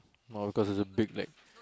no cause it's a big like